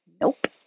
Nope